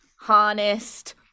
Harnessed